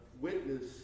witness